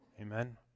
Amen